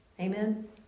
Amen